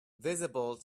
visible